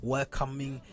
Welcoming